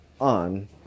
on